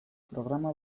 programa